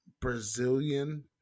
Brazilian